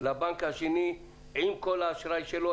לבנק השני עם כל האשראי שלו,